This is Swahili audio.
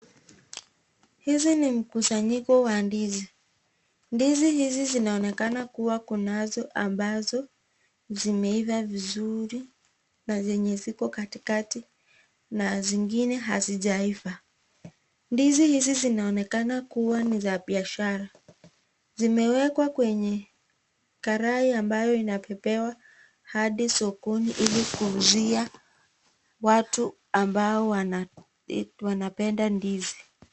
Hizi ni mkusanyiko wa ndizi. Hizi ndizi zinaonekana kuwa kunazo zmbazo zimeiva vizuri na zenye ziko katikati na zingine hazijaiva. Ndizi hizi zinaonekana kuwa ni za biashara. Zimewekwa kwenye karai ambayo inabebewa hadi sokoni ili kuuzia watu ambao wanapenda ndizi.